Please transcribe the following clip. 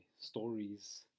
stories